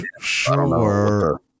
sure